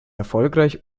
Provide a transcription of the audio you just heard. erfolgreich